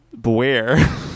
beware